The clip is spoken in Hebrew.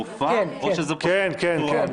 -- הודעה --- או שזה --- כן, כן, כן.